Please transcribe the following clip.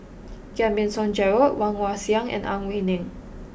Giam Yean Song Gerald Woon Wah Siang and Ang Wei Neng